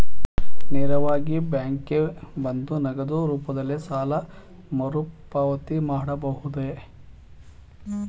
ನೇರವಾಗಿ ಬ್ಯಾಂಕಿಗೆ ಬಂದು ನಗದು ರೂಪದಲ್ಲೇ ಸಾಲ ಮರುಪಾವತಿಸಬಹುದೇ?